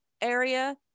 area